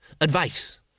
Advice